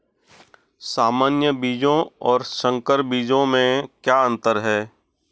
सामान्य बीजों और संकर बीजों में क्या अंतर है?